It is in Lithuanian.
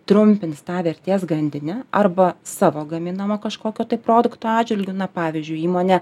trumpins tą vertės grandinę arba savo gaminamo kažkokio produkto atžvilgiu na pavyzdžiui įmonė